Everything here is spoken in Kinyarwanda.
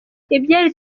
ibyari